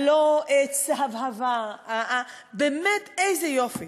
הלא-צהבהבה, באמת איזה יופי.